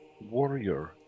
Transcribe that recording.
warrior